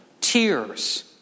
Tears